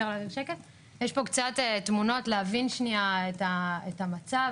יש פה קצת תמונות להבין שנייה את המצב,